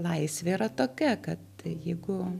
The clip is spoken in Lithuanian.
laisvė yra tokia kad jeigu